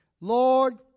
Lord